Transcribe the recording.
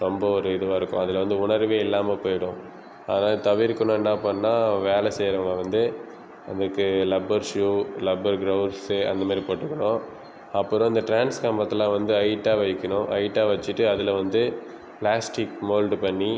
ரொம்ப ஒரு இதுவாக இருக்கும் அதில் வந்து உணர்வே இல்லாமல் போய்டும் அதை தவிர்க்கணும்னா என்னா பண்ணணும்னா வேலை செய்கிறவங்க வந்து அதுக்கு எல்லாம் ரப்பர் ஷூ ரப்பர் கிளவுஸ் அந்த மாதிரி போட்டுக்கணும் அப்புறம் இந்த டிரான்ஸ்ஃபார்மத்தில் வந்து ஹைட்டாக வைக்கணும் ஹைட்டாக வெச்சிட்டு அதில் வந்து பிளாஸ்டிக் மோல்ட் பண்ணி